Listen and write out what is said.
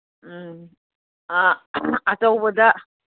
ꯎꯝ ꯑꯆꯧꯕꯗ